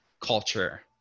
culture